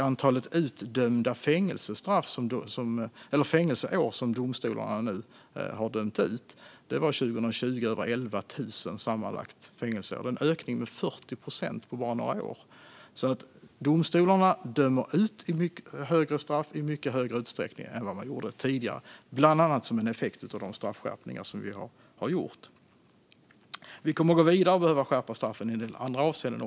Antalet av domstol utdömda fängelseår var 2020 över 11 000, vilket är en ökning med 40 procent på bara några år. Domstolarna dömer nu ut högre straff i mycket högre utsträckning än vad de gjorde tidigare, bland annat som en effekt av de straffskärpningar vi har gjort. Vi kommer att behöva skärpa straffen även i andra avseenden.